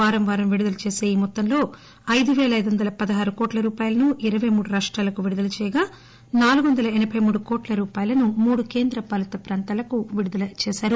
వారం వారం విడుదల చేసే ఈ మొత్తంలో అయిదుపేల అయిదు వందల పదహారు కోట్ల రూపాయలను ఇరపై మూడు రాష్టాలకు విడుదల చేయగా నాలుగు వంద ఎనబై మూడు కోట్ల రూపాయలను మూడు కేంద్ర పాలిత ప్రాంతాలకు విడుదలచేశారు